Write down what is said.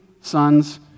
sons